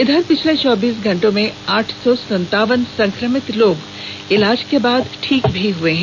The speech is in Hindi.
इधर पिछले चौबीस घंटों में आठ सौ सत्तावन संक्रमित लोग इलाज के बाद ठीक हुए हैं